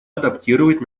адаптировать